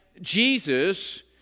Jesus